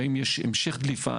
האם יש המשך דליפה,